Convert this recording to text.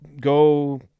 go